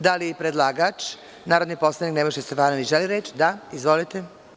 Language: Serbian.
Da li predlagač, narodni poslanik Nebojša Stefanović želi reč? (Da.) Izvolite.